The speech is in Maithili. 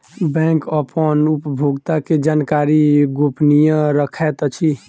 बैंक अपन उपभोगता के जानकारी गोपनीय रखैत अछि